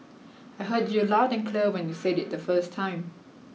I heard you loud and clear when you said it the first time